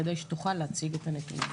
כדי שתוכל להציג את הנתונים.